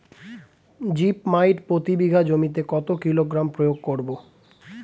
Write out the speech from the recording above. Zip মাইট প্রতি বিঘা জমিতে কত কিলোগ্রাম প্রয়োগ করব?